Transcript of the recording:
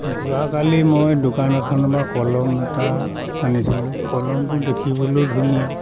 যোৱাকালি মই দোকান এখনৰপৰা কলম এটা আনিছিলোঁ কলমটো দেখিবলৈয়ো ধুনীয়া